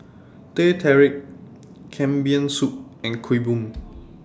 Teh Tarik Kambing Soup and Kuih Bom